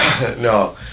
No